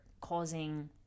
causing